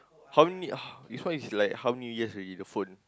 how many how this one is like how many years already the phone